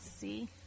See